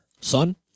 son